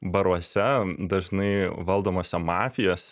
baruose dažnai valdomuose mafijos